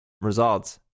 Results